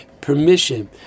permission